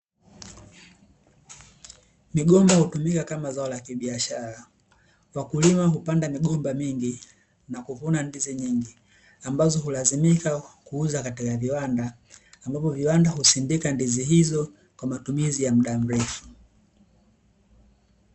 Migomba hutumiwa kama zao la kibiashara, wakulima hupanda migomba mingi na kuvuna ndizi nyingi ambazo hulazimika kuuza katika viwanda, ambapo viwanda husindika ndizi hizo kwa matumizi ya mda mrefu.